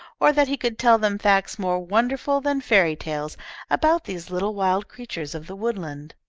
or that he could tell them facts more wonderful than fairy tales about these little wild creatures of the woodland.